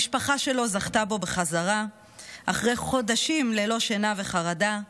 המשפחה שלו זכתה בו בחזרה אחרי חודשים ללא שינה ועם חרדה.